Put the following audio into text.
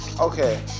Okay